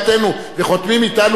וחותמים אתנו הסכם,